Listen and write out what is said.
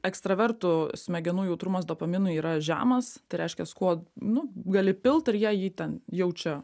ekstravertų smegenų jautrumas dopaminui yra žemas tai reiškias kuo nu gali pilt ir jie jį ten jaučia